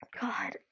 god